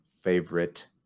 favorite